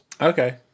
Okay